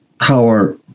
power